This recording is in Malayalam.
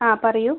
ആ പറയൂ